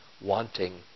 wanting